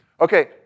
Okay